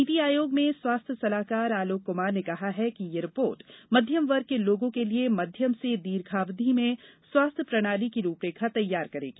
नीति आयोग में स्वास्थ्य सलाहकार आलोक कुमार ने कहा कि यह रिपोर्ट मध्यम वर्ग के लोगों के लिए मध्यम से दीर्घावधि में स्वास्थ्य प्रणाली की रूपरेखा तैयार करेगी